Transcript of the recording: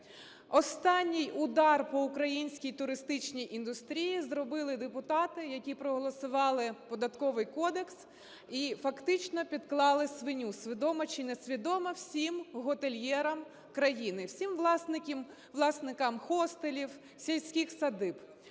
Останній удар по українській туристичній індустрії зробили депутати, які проголосували Податковий кодекс і фактично підклали свиню, свідомо чи несвідомо, всім готельєрам країни, всім власникам хостелів, сільських садиб.